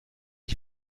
ich